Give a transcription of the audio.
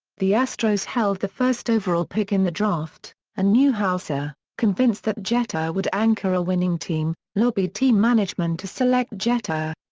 the astros held the first overall pick in the draft, and newhouser, convinced that jeter would anchor a winning team, lobbied team management to select jeter.